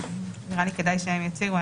נראה לי כדאי שהם יציגו.